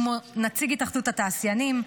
כמו נציג התאחדות התעשיינים,